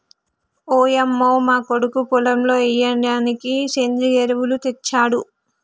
ఓయంమో మా కొడుకు పొలంలో ఎయ్యిడానికి సెంద్రియ ఎరువులు తెచ్చాడు